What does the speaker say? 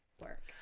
work